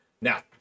Now